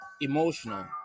emotional